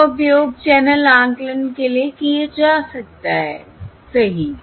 इनका उपयोग चैनल आकलन के लिए किया जा सकता है सही